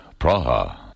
Praha